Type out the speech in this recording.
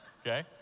okay